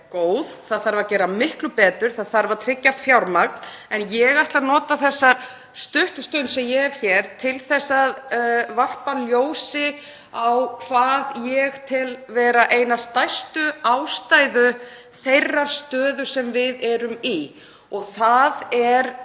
Það þarf að gera miklu betur. Það þarf að tryggja fjármagn. Ég ætla að nota þessa stuttu stund sem ég hef hér til þess að varpa ljósi á það sem ég tel vera eina stærstu ástæðu þeirrar stöðu sem við erum í og það er